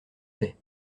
fait